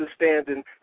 understanding